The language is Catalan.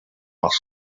els